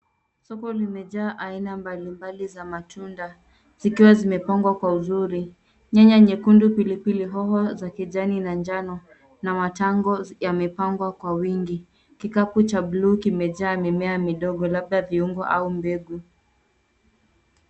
Soko limejaa aina mbalimbali za matunda zikiwa zimepangwa kwa uzuri. Nyanya neykundu pilipili hoho za kijani na njano na matango yamepangwa kwa wingi. Kikapu cha buluu kimejaa mimea midogo labda viungo au mbegu.